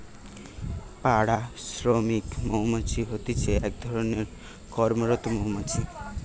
পাড়া শ্রমিক মৌমাছি হতিছে এক ধরণের কর্মরত মৌমাছি